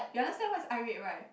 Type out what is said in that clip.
you understand what is eye rape right